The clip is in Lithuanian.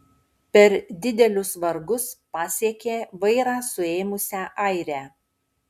per didelius vargus pasiekė vairą suėmusią airę